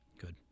Good